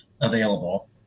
available